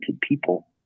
people